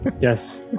Yes